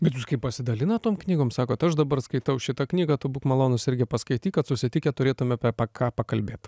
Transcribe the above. bet jūs kaip pasidalinat tom knygom sakot aš dabar skaitau šitą knygą tu būk malonus irgi paskaityk kad susitikę turėtume apie ką pakalbėt